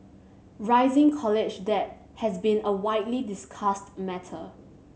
rising college debt has been a widely discussed matter